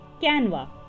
canva